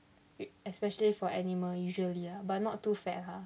especially for animal usually ah but not too fat ha